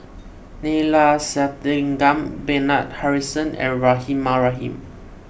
Neila Sathyalingam Bernard Harrison and Rahimah Rahim